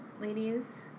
ladies